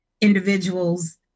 individuals